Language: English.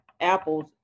apples